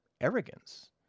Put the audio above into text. arrogance